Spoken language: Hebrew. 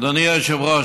אדוני היושב-ראש,